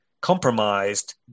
compromised